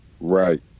Right